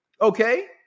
okay